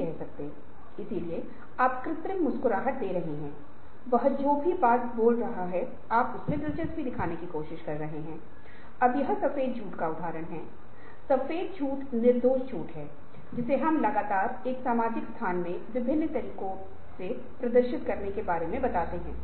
कहते हैं कि जब आप परिवर्तन को देखते हैं तो बाहरी आंतरिक कारकों में असंतुलन हो सकता है इसका मतलब है कि आप जिस तकनीक का उपयोग कर रहे हैं वह कर्मचारियों के खराब प्रदर्शन के कारण अप्रचलित है